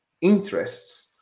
interests